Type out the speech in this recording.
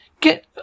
Get